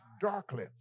darkly